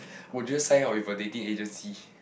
would you sign up with a dating agency